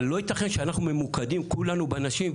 אבל לא ייתכן שאנחנו ממוקדים כולנו בנשים,